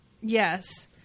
Yes